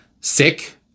sick